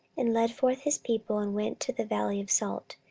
and led forth his people, and went to the valley of salt,